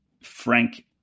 Frank